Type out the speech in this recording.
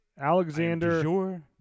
Alexander